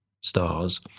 stars